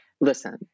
Listen